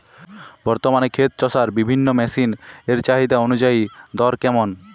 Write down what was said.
বর্তমানে ক্ষেত চষার বিভিন্ন মেশিন এর চাহিদা অনুযায়ী দর কেমন?